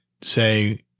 say